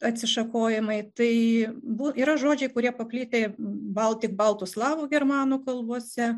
atsišakojimai tai bu yra žodžiai kurie paplitę baltik baltų slavų germanų kalbose